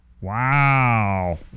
Wow